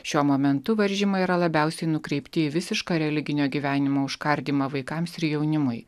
šiuo momentu varžymai yra labiausiai nukreipti į visišką religinio gyvenimo užkardymą vaikams ir jaunimui